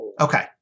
Okay